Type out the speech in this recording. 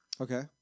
Okay